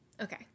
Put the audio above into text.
Okay